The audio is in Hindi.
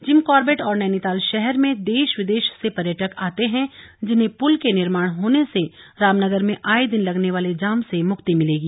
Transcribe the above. जिम कार्बेट और नैनीताल शहर में देश विदेश से पर्यटक आते हैं जिन्हें पुल के निर्माण होने से रामनगर में आए दिन लगने वाले जाम से मुक्ति मिलेगी